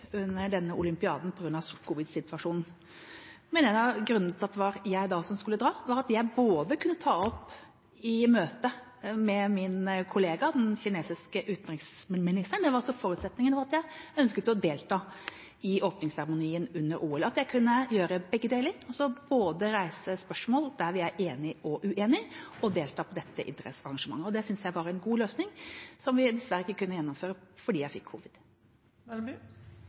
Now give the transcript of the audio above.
under denne olympiaden på grunn av covid-situasjonen, men en av grunnene til at det var jeg som skulle dra, var at jeg kunne ha møte med min kollega, den kinesiske utenriksministeren. Det var også forutsetningen for at jeg ønsket å delta i åpningsseremonien under OL, at jeg kunne gjøre begge deler, altså både reise spørsmål der vi er enige og uenige og delta på dette idrettsarrangementet. Det synes jeg var en god løsning, som vi dessverre ikke kunne gjennomføre fordi jeg fikk